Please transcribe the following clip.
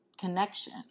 connection